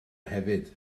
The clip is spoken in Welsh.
hefyd